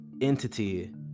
entity